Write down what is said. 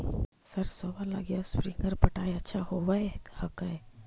सरसोबा लगी स्प्रिंगर पटाय अच्छा होबै हकैय?